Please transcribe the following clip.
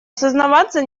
сознаваться